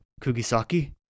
Kugisaki